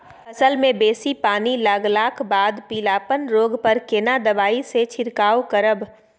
फसल मे बेसी पानी लागलाक बाद पीलापन रोग पर केना दबाई से छिरकाव करब?